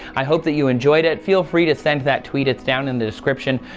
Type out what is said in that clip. i hope that you enjoyed it. feel free to send that tweet, it's down in the description.